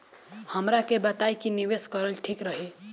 हमरा के बताई की निवेश करल ठीक रही?